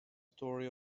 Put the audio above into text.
story